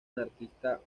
anarquista